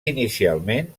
inicialment